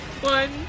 One